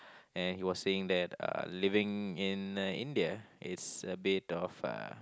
and he was saying that uh living in India is a bit of uh